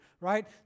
right